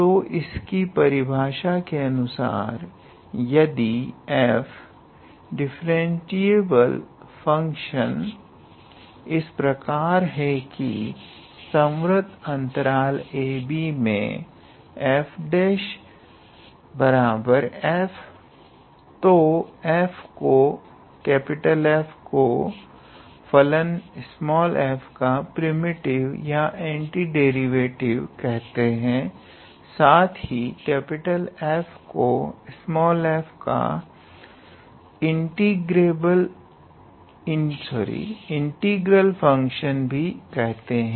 तो इसकी परिभाषा के अनुसार यदि f एक डिफरेंटीएबल्ड फंक्शन इस प्रकार है कि संवर्त अंतराल ab मे 𝐹′ 𝑓 तो F को फलन f का प्रिमिटिव या एंटीडेरिवेटिव कहते हैं साथ ही F को f का इंटीग्रल फंक्शन भी कहा जाता है